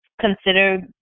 consider